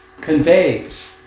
conveys